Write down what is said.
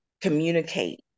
communicate